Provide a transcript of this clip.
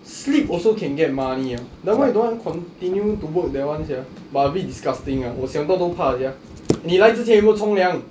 sleep also can get money ah then why you don't want continue to work that [one] sia but a bit disgusting ah 我想到都怕 sia 你来之前有没有冲凉